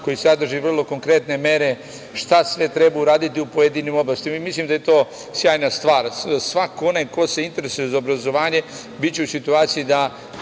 koji sadrži vrlo konkretne mere šta sve treba uraditi u pojedinim oblastima. Mislim da je to sjajna stvar. Svako onaj ko se interesuje za obrazovanje biće u situaciji da